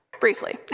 briefly